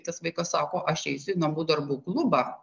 tas vaikas sako aš eisiu į namų darbų klubą